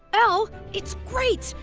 elle, it's great!